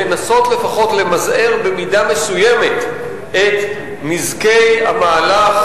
לנסות לפחות למזער במידה מסוימת את נזקי המהלך